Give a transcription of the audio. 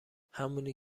همونی